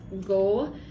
go